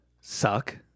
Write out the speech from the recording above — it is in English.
suck